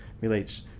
relates